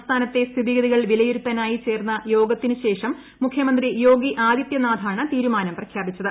സംസ്ഥാനത്തെ സ്ഥിതിഗതികൾ വിലയിരുത്താനായി ചേർന്ന യോഗത്തിനു ശേഷം മുഖ്യമന്ത്രി യോഗി ആദിതൃനാഥാണ് തീരുമാനം പ്രഖ്യാപിച്ചത്